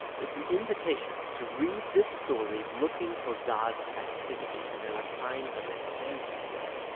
it's an invitation to read this story looking for god's activity, and there are signs of it everywhere.